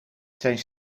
zijn